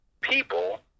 people